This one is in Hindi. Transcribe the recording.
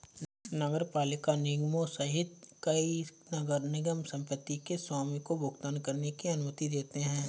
नगरपालिका निगमों सहित कई नगर निगम संपत्ति के स्वामी को भुगतान करने की अनुमति देते हैं